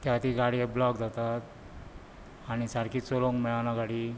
त्या खातीर गाडयो ब्लॉक जातात आनी सारकी चलोवंक मेळना गाडी